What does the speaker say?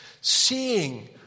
Seeing